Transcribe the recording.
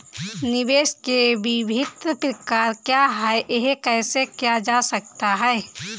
निवेश के विभिन्न प्रकार क्या हैं यह कैसे किया जा सकता है?